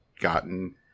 gotten